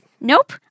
Nope